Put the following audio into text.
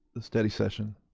a study session.